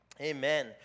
Amen